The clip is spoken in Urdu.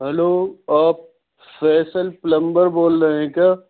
ہلو آپ فیصل پلمبر بول رہے ہیں کیا